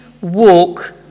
walk